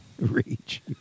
Reach